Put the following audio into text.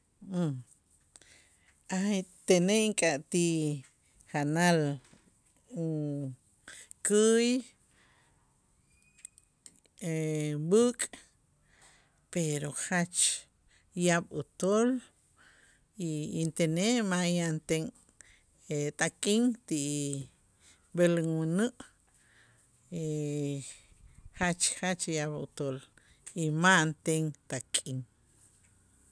A' tenej ink'atij janal käy b'äk' pero jach yaab' utool y intenej ma' yanten tak'in ti b'el inmänä' jach jach yaab' utool y ma'anten tak'in.